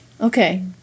Okay